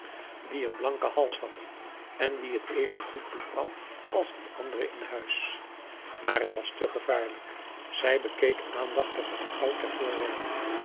die een blanken hals had en wie het even goed toekwam als die andere in huis maar het was te gevaarlijk zij bekeek aandachtig het goud der voorwerpen